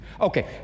Okay